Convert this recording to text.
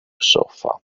sofa